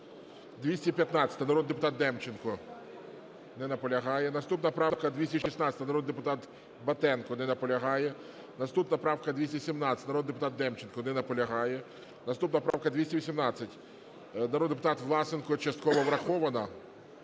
215, народний депутат Демченко. Не наполягає. Наступна правка - 216, народний депутат Батенко. Не наполягає. Наступна правка - 217, народний депутат Демченко. Не наполягає. Наступна правка - 218, народний депутат Власенко. Частково врахована.